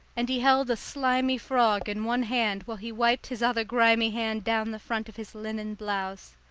and he held a slimy frog in one hand while he wiped his other grimy hand down the front of his linen blouse.